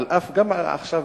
גם עכשיו,